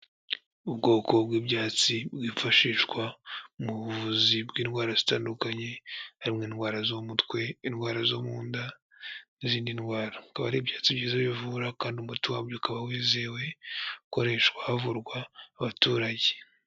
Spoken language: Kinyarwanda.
Ubwoko bw'ibyatsi bwifashishwa mu buvuzi bw'indwara zitandukanye, harimo indwara zo mu mutwe, indwara zo mu nda n'izindi ndwara, akaba ari ibyatsi byiza bivura kandi umuti wabyo ukaba wizewe, ukoreshwa havurwa abaturage.